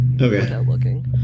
Okay